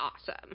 awesome